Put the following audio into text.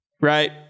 right